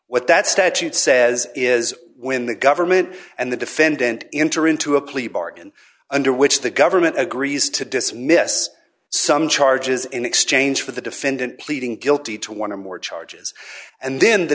what that statute says is when the government and the defendant enter into a plea bargain under which the government agrees to dismiss some charges in exchange for the defendant pleading guilty to one or more charges and then the